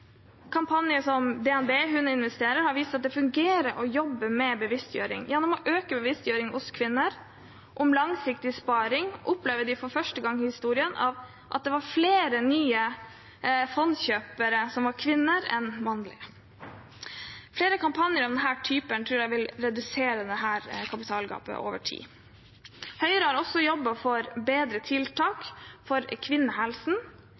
Kampanjer som DNBs #huninvesterer har vist at det fungerer å jobbe med bevisstgjøring. Gjennom å øke bevisstgjøringen om langsiktig sparing blant kvinner opplevde de for første gang i historien at det var flere nye kvinnelige fondskjøpere enn mannlige. Flere kampanjer av denne typen tror jeg vil redusere dette kapitalgapet over tid. Høyre har også jobbet for bedre tiltak for kvinnehelsen.